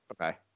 Okay